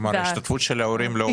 כלומר, השתתפות של ההורים לא עולה.